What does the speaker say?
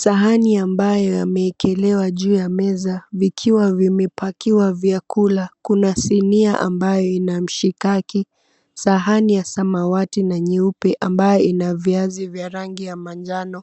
Sahani ambayo yamewekelewa juu ya meza vikiwa vimepakiwa vyakula. Kuna sinia ambayo ina mshikaki, sahani ya samawati na nyeupe ambayo ina viazi vya rangi ya manjano